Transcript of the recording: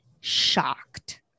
shocked